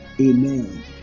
Amen